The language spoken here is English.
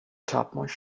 topmost